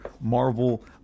Marvel